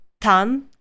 tan